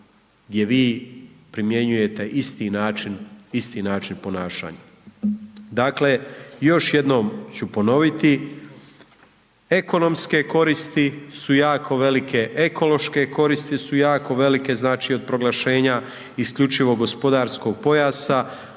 gdje vi primjenjujete isti način, isti način ponašanja. Dakle, još jednom ću ponoviti, ekonomske koristi su jako velike, ekološke koristi su jako velike, znači, od proglašenja isključivog gospodarskog pojasa